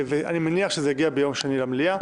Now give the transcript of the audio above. אני מניח שזה יגיע ביום שני למליאה,